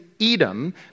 Edom